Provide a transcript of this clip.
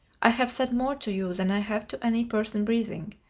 i have said more to you than i have to any person breathing,